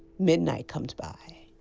midnight comes by,